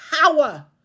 power